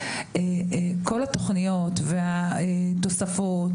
כל התוכניות והתוספות,